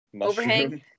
overhang